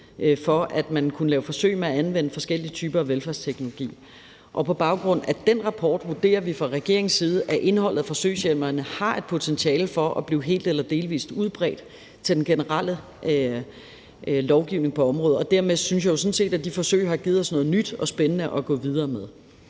for at kunne lave forsøg med at anvende forskellige typer af velfærdsteknologi, og på baggrund af den rapport vurderer vi fra regeringens side, at indholdet af forsøgshjemlerne har et potentiale for at blive helt eller delvis udbredt til den generelle lovgivning på området. Dermed synes jeg jo sådan set, at de forsøg har givet os noget nyt og spændende at gå videre med.